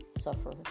suffer